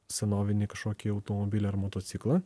senovinį kažkokį automobilį ar motociklą